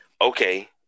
okay